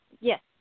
Yes